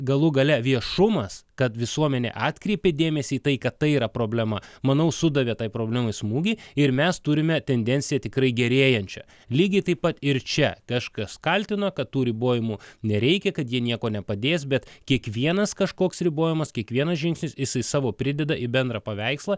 galų gale viešumas kad visuomenė atkreipė dėmesį į tai kad tai yra problema manau sudavė tai problemai smūgį ir mes turime tendenciją tikrai gerėjančią lygiai taip pat ir čia kažkas kaltina kad tų ribojimų nereikia kad jie niekuo nepadės bet kiekvienas kažkoks ribojamas kiekvienas žingsnis jisai savo prideda į bendrą paveikslą